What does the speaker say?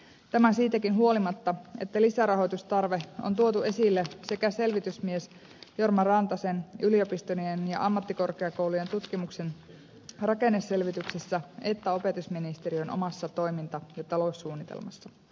tämä siitäkin huolimatta että lisärahoitustarve on tuotu esille sekä selvitysmies jorma rantasen yliopistojen ja ammattikorkeakoulujen tutkimuksen rakenneselvityksessä että opetusministeriön omassa toiminta ja taloussuunnitelmassa